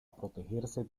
protegerse